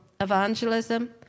evangelism